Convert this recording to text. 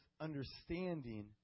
understanding